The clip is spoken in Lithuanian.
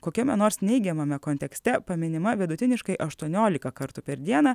kokiame nors neigiamame kontekste paminima vidutiniškai aštuoniolika kartų per dieną